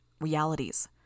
realities